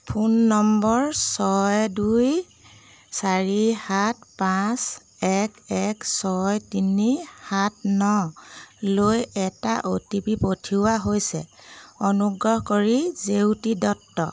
phone number ছয় দুই চাৰি সাত পাঁচ এক এক ছয় তিনি সাত নলৈ এটা অ' টি পি পঠিওৱা হৈছে অনুগ্ৰহ কৰি জেউতি দত্ত